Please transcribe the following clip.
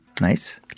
Nice